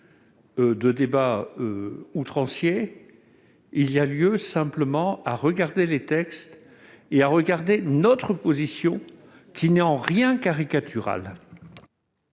des débats outranciers ; il y a lieu simplement d'examiner les textes, ainsi que notre position, qui n'est en rien caricaturale.